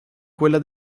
quella